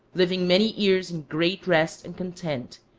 living many years in great rest and content,